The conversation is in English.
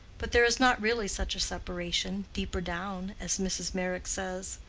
but there is not really such a separation deeper down, as mrs. meyrick says.